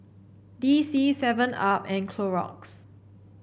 D C Seven Up and Clorox